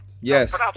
Yes